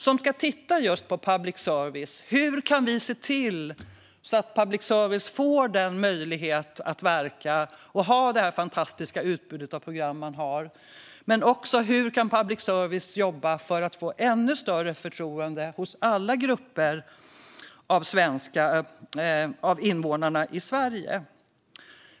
Den ska titta just på public service: Hur kan vi se till att public service får möjlighet att verka och ha det fantastiska utbud av program den har? Hur kan public service jobba för att få ännu större förtroende hos alla grupper av invånare i Sverige?